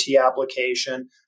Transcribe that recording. application